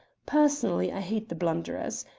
personally i hate the blunderers.